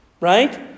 right